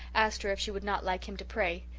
asked her if she would not like him to pray.